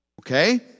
Okay